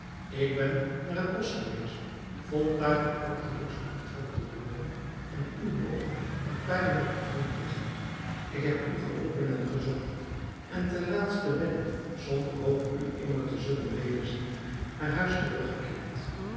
ik ben naar het bosch geweest vond daar een kortelings ontwortelden boom en uw boog en pijlen op den grond liggen ik heb u geroepen en gezocht en ten laatste ben ik zonder hoop u immer te zullen wederzien naar huis